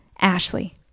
Ashley